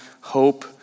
hope